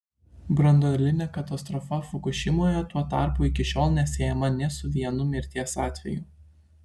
branduolinė katastrofa fukušimoje tuo tarpu iki šiol nesiejama nė su vienu mirties atveju